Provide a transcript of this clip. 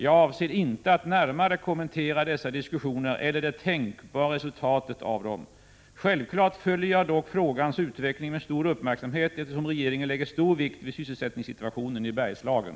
Jag avser inte att närmare kommentera dessa diskussioner eller det tänkbara resultatet av dem. Självklart följer jag dock frågans utveckling med stor uppmärksamhet, eftersom regeringen lägger stor vikt vid sysselsättningssituationen i Bergslagen.